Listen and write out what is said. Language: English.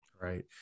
right